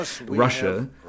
Russia